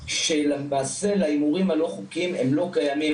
שלמעשה בהימורים הלא חוקיים הן לא קיימות.